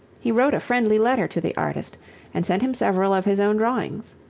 he wrote a friendly letter to the artist and sent him several of his own drawings.